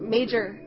Major